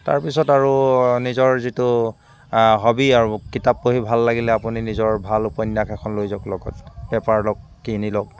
তাৰপিছত আৰু নিজৰ যিটো হবি আৰু কিতাপ পঢ়ি ভাল লাগিলে আপুনি নিজৰ ভাল উপন্যাস এখন লৈ যাওক লগত পেপাৰ অলপ কিনি লওক